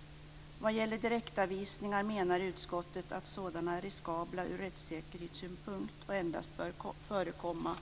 Utskottet menar att direktavvisningar är riskabla ur rättssäkerhetssynpunkt och endast bör förekomma